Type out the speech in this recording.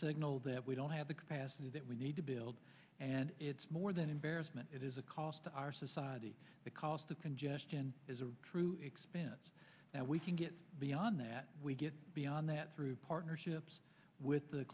signal that we don't have the capacity that we need to build and it's more than embarrassment it is a cost to our society the cost of congestion as a true expense that we can get beyond that we get beyond that through partnerships with the